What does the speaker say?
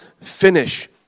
finish